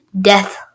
death